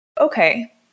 Okay